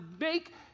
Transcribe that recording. make